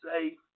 say